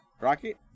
Rocket